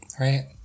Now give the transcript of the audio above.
right